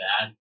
bad